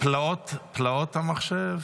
פלאות המחשב.